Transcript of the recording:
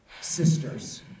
sisters